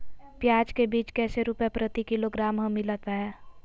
प्याज के बीज कैसे रुपए प्रति किलोग्राम हमिलता हैं?